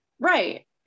Right